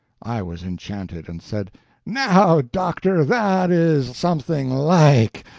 i was enchanted, and said now, doctor, that is something like!